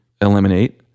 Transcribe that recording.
eliminate